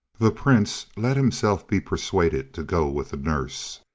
the prince let himself be persuaded to go with the nurse,